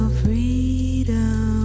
freedom